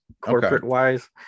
corporate-wise